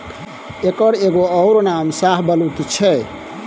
एकर एगो अउर नाम शाहबलुत छै